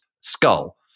skull